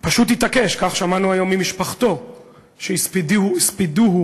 פשוט התעקש, כך שמענו היום ממשפחתו שהספידה אותו